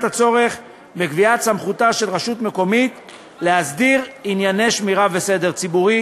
הצורך בקביעת סמכותה של רשות מקומית להסדיר ענייני שמירה וסדר ציבורי